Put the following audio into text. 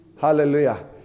hallelujah